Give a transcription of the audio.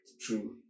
True